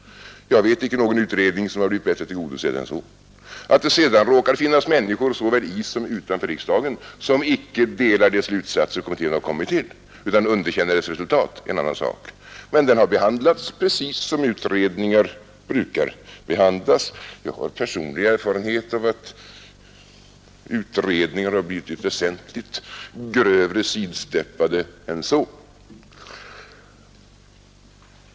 Jag vet inte någon utredning som blivit bättre tillgodosedd än så. Att det sedan råkar finnas människor såväl i som utanför riksdagen som icke delar de slutsatser som kommittén kommit till utan underkänner dess resultat är en annan sak. Men den har behandlats precis som utredningar brukar behandlas. Jag har personlig erfarenhet av att utredningar blir väsentligt grövre sidsteppade än så.